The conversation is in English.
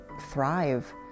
thrive